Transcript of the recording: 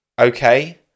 okay